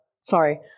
sorry